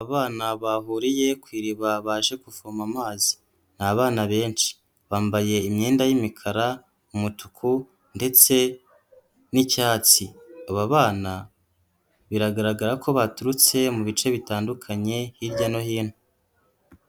Abana bahuriye ku iriba baje guvoma amazi, ni abana benshi bambaye imyenda y'imikara, umutuku ndetse n'icyatsi, aba bana biragaragara ko baturutse mu bice bitandukanye hirya no hino.